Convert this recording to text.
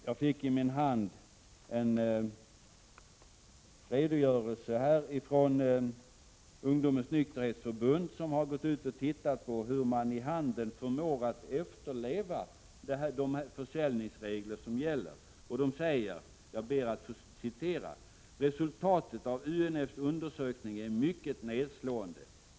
Jag har i min hand fått en redogörelse från Ungdomens Nykterhetsförbund, som har studerat hur handeln förmår efterleva de försäljningsregler som gäller. Man säger så här: ”Resultatet av UNF:s undersökning är mycket nedslående.